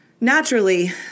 Naturally